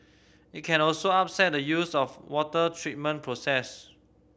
it can also upset the used of water treatment process